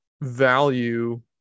value